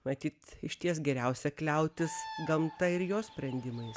matyt išties geriausia kliautis gamta ir jo sprendimais